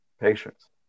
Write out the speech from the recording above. patients